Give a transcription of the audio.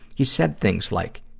he said things like,